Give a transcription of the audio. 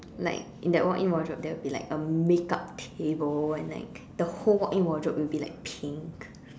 like in that walk in wardrobe there will be like a makeup table and like the whole walk in wardrobe will be like pink